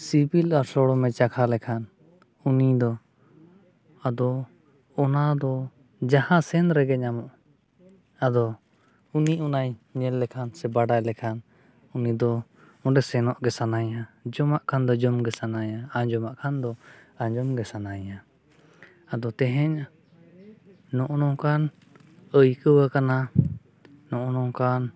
ᱥᱤᱵᱤᱞ ᱟᱨ ᱥᱚᱲᱚᱢᱮ ᱪᱟᱠᱷᱟ ᱞᱮᱠᱷᱟᱱ ᱩᱱᱤ ᱫᱚ ᱟᱫᱚ ᱚᱱᱟ ᱫᱚ ᱡᱟᱦᱟᱸ ᱥᱮᱱ ᱨᱮᱜᱮ ᱧᱟᱢᱚᱜ ᱟᱫᱚ ᱩᱱᱤ ᱚᱱᱟᱭ ᱧᱮᱞ ᱞᱮᱠᱷᱟᱱ ᱥᱮ ᱵᱟᱰᱟᱭ ᱞᱮᱠᱷᱟᱱ ᱩᱱᱤᱫᱚ ᱚᱸᱰᱮ ᱥᱮᱱᱚᱜ ᱜᱮ ᱥᱟᱱᱟᱭᱮᱭᱟ ᱡᱚᱢᱟᱜ ᱠᱷᱟᱱ ᱫᱚ ᱡᱚᱢᱜᱮ ᱥᱟᱱᱟᱭᱮᱭᱟ ᱟᱸᱡᱚᱢᱟᱜ ᱠᱷᱟᱱ ᱫᱚ ᱟᱸᱡᱚᱢᱜᱮ ᱥᱟᱱᱟᱭᱮᱭᱟ ᱟᱫᱚ ᱛᱮᱦᱮᱧ ᱱᱚᱜᱼᱚ ᱱᱚᱝᱠᱟᱱ ᱟᱹᱭᱠᱟᱹᱣᱟᱠᱟᱱᱟ ᱱᱚᱜᱼᱚ ᱱᱚᱝᱠᱟᱱ